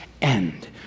end